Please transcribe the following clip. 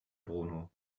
bruno